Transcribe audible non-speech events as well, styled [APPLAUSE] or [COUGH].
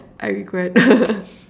I regret [LAUGHS]